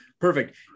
perfect